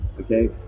Okay